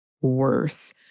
worse